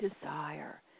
desire